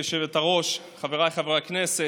גברתי היושבת-ראש, חבריי חברי הכנסת,